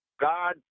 God